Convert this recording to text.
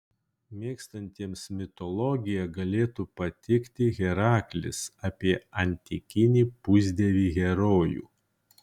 mėgstantiems mitologiją galėtų patikti heraklis apie antikinį pusdievį herojų